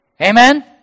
Amen